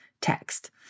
text